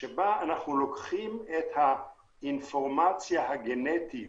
שבה אנחנו לוקחים את האינפורמציה הגנטית